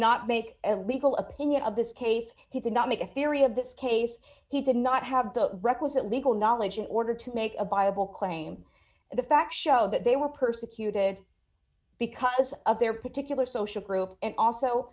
not make a legal opinion of this case he did not make a theory of this case he did not have the requisite legal knowledge in order to make a buyable claim the facts show that they were persecuted because of their particular social group and also